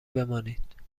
بمانید